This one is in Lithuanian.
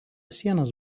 sienos